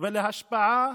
ולהשפעה